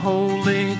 Holy